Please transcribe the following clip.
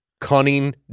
Cunning